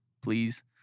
please